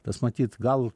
tas matyt gal